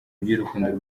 by’urukundo